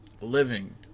living